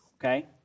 okay